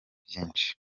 byinshi